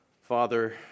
Father